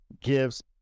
gives